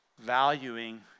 valuing